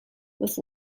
with